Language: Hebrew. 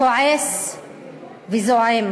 כועס וזועם.